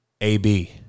AB